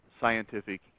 scientific